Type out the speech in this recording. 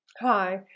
Hi